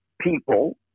people